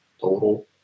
total